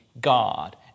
God